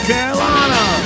Carolina